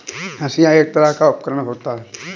हंसिआ एक तरह का उपकरण होता है